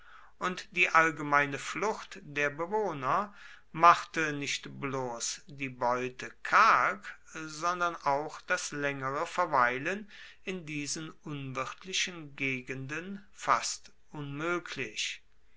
und die allgemeine flucht der bewohner machte nicht bloß die beute karg sondern auch das längere verweilen in diesen unwirtlichen gegenden fast unmöglich